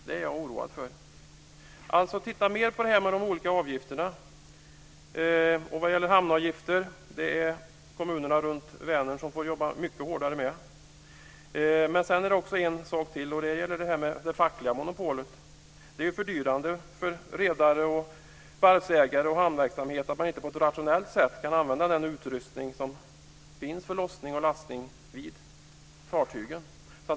Det är jag oroad för. Titta mer på de olika avgifterna. Vad gäller hamnavgifterna är det kommunerna runt Vänern som får jobba mycket hårdare. Jag vill ta upp en sak till: det fackliga monopolet. Det är fördyrande för redare, varvsägare och hamnverksamhet att man inte på ett rationellt sätt kan använda den utrustning som finns för lossning och lastning vid fartygen.